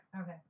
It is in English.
Okay